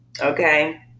Okay